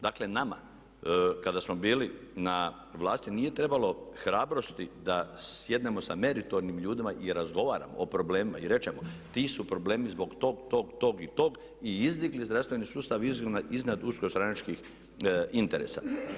Dakle nama kada smo bili na vlasti nije trebalo hrabrosti da sjednemo sa meritornim ljudima i razgovaramo o problemima i kažemo ti su problemi zbog tog, tog i tog i izdigli smo zdravstveni sustav iznad uskih stranačkih interesa.